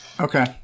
Okay